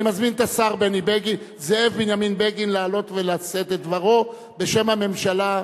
אני מזמין את השר זאב בנימין בגין לעלות ולשאת את דברו בשם הממשלה.